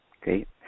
Great